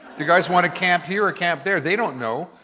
you guys wanna camp here or camp there? they don't know,